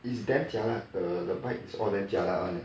is damn jialat the the bikes all damn jialat [one] eh